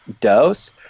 dose